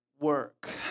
work